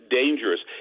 dangerous